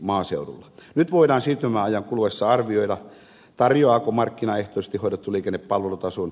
nyt voidaan siirtymäajan kuluessa arvioida tarjoaako markkinaehtoisesti hoidettu liikenne palvelutason